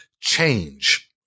change